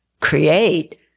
create